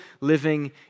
living